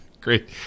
great